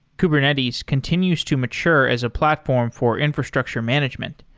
kubernetes continues to mature as a platform for infrastructure management.